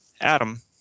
Adam